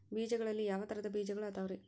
ಬೇಜಗಳಲ್ಲಿ ಯಾವ ತರಹದ ಬೇಜಗಳು ಅದವರಿ?